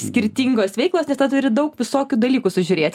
skirtingos veiklos nes tada turi daug visokių dalykų sužiūrėt